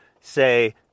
say